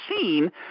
seen